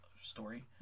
story